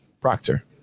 Proctor